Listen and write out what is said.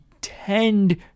tend